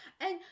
and-